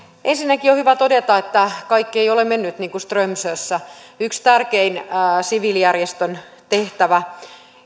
ensinnäkin on hyvä todeta että kaikki ei ole mennyt niin kuin strömsössä yksi tärkein siviilijärjestön tehtävä